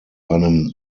einem